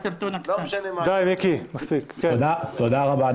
תודה רבה,